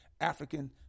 African